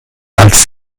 als